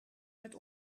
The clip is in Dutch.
met